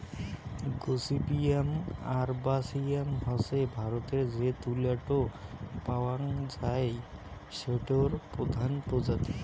gossypium arboreum হসে ভারতরে যে তুলা টো পাওয়াং যাই সেটোর প্রধান প্রজাতি